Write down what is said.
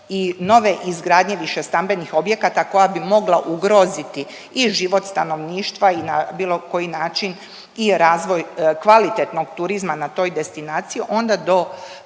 i nove izgradnje višestambenih objekata koja bi mogla ugroziti i život stanovništva i na bilo koji način i razvoj kvalitetnog turizma na toj destinaciji, onda do